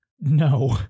No